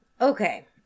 Okay